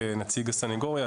כנציג הסנגוריה,